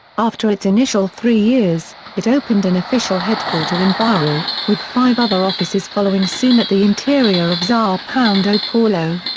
after its initial three years, it opened an official headquarter in bauru, with five other offices following soon at the interior of sao and ah paulo.